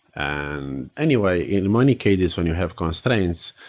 and anyway, in many cases when you have constraints,